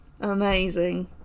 Amazing